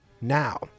now